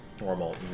normal